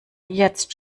jetzt